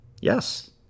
Yes